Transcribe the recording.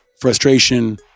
frustration